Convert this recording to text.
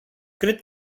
cred